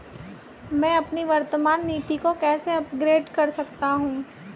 मैं अपनी वर्तमान नीति को कैसे अपग्रेड कर सकता हूँ?